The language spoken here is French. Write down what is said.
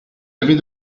avez